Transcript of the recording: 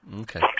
Okay